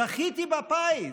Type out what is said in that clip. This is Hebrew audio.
זכיתי בפיס.